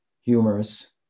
humorous